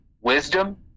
wisdom